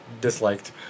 disliked